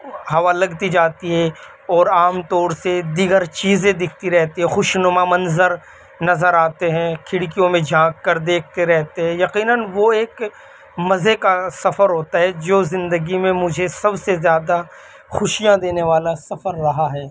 ہوا لگتی جاتی ہے اور عام طور سے دیگر چیزیں دکھتی رہتی ہے خوشنما منظر نظر آتے ہیں کھڑکیوں میں جھانک کر دیکھتے رہتے ہیں یقیناً وہ ایک مزے کا سفر ہوتا ہے جو زندگی میں مجھے سب سے زیادہ خوشیاں دینے والا سفر رہا ہے